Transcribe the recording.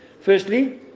firstly